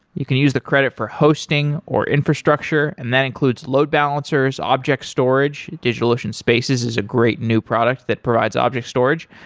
you can use the credit for hosting, or infrastructure and that includes load balancers, object storage, digitalocean spaces is a great new product that provides object storage,